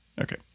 okay